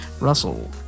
Russell